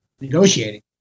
Negotiating